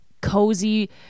cozy